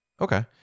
Okay